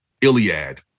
Iliad